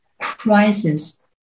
crisis